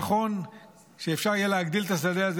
נכון שאפשר יהיה להגדיל את השדה הזה